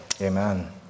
amen